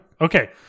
Okay